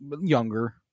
younger